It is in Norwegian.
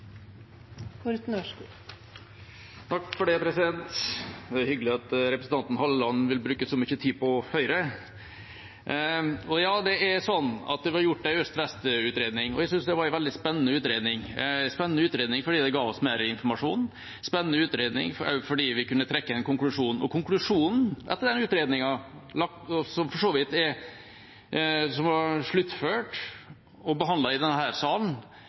Halleland vil bruke så mye tid på Høyre. Ja, det var gjort en øst–vest-utredning, og jeg syntes det var en veldig spennende utredning – en spennende utredning fordi det ga oss mer informasjon, og en spennende utredning også fordi vi kunne trekke en konklusjon. Konklusjonen etter den utredningen, som er sluttført og behandlet i denne salen og lagt fram av en statsråd fra Fremskrittspartiet, endte ikke opp med en prioritering av én strekning. Den